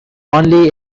only